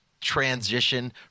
transition